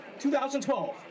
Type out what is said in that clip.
2012